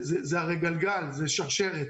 זה הרי גלגל, זאת שרשרת.